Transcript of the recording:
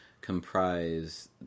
comprise